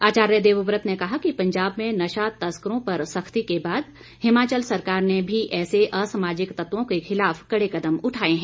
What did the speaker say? आचार्य देवव्रत ने कहा कि पंजाब में नशा तस्करों पर सख्ती के बाद हिमाचल सरकार ने भी ऐसे असमाजिक तत्वों के खिलाफ कड़े कदम उठाए हैं